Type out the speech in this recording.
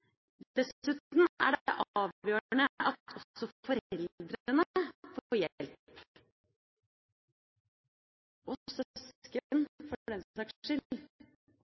Dessuten er det avgjørende at også foreldrene får hjelp, og søsken, for den saks skyld. Barnehusene møter ofte mødre – men også fedre – som